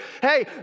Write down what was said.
hey